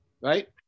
Right